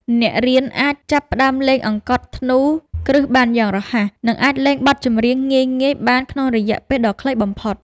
អ្នករៀនអាចចាប់ផ្ដើមលេងអង្កត់ធ្នូគ្រឹះបានយ៉ាងរហ័ស និង អាចលេងបទចម្រៀងងាយៗបានក្នុងរយៈពេលដ៏ខ្លីបំផុត។